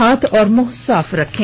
हाथ और मुंह साफ रखें